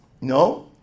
no